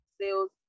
sales